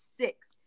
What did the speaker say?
six